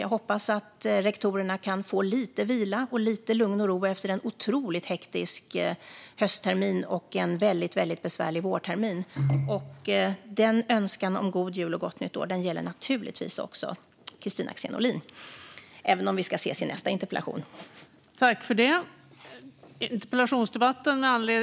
Jag hoppas att rektorerna kan få lite vila och lite lugn och ro efter en otroligt hektisk hösttermin och en väldigt besvärlig vårtermin. Denna önskan om en god jul och ett gott nytt år gäller naturligtvis också Kristina Axén Olin, även om vi ses i nästa interpellationsdebatt!